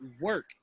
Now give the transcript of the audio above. work